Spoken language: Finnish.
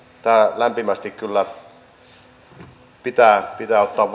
tämä hyvä yhteistyö lämpimästi pitää pitää ottaa